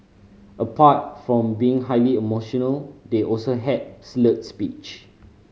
apart from being highly emotional they also had slurred speech